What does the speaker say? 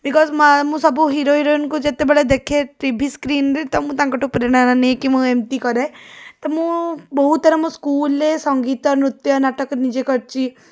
ଵିକଜ ମୁଁ ସବୁ ହିରୋ ହିରୋଇନ୍ଙ୍କୁ ଯେତେବେଳେ ଦେଖେ ଟି ଭି ସ୍କ୍ରିନରେ ତ ମୁଁ ତାଙ୍କଠୁ ପ୍ରେରଣା ନେଇକି ଏମତି କରେ ତ ମୁଁ ବହୁତଥର ଆମ ସ୍କୁଲରେ ସଙ୍ଗୀତ ନୃତ୍ୟ ନାଟକ ନିଜେ କରିଛି